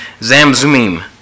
Zamzumim